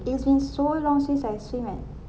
it's been so long since I swim at